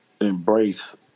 embrace